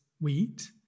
wheat